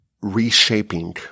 reshaping